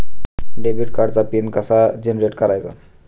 Debit कार्डचा PIN कसा generate करायचा?